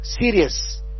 serious